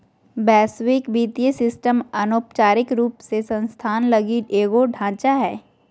वैश्विक वित्तीय सिस्टम अनौपचारिक रूप से संस्थान लगी ही एगो ढांचा हय